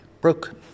broken